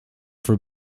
for